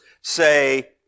say